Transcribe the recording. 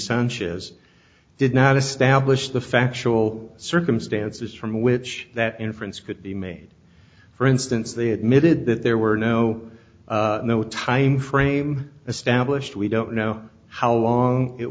sanchez did not establish the factual circumstances from which that inference could be made for instance they admitted that there were no no timeframe established we don't know how long it